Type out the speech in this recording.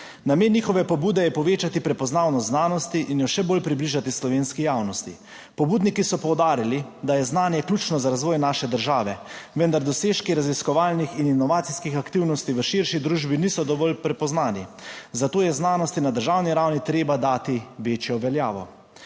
Namen njihove pobude je povečati prepoznavnost znanosti in jo še bolj približati slovenski javnosti. Pobudniki so poudarili, da je znanje ključno za razvoj naše države, vendar dosežki raziskovalnih in inovacijskih aktivnosti v širši družbi niso dovolj prepoznani, zato je znanosti na državni ravni treba dati večjo veljavo.